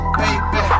baby